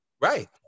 Right